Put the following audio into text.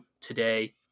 today